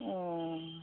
एह